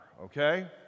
okay